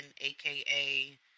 AKA